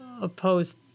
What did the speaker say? opposed